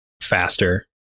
faster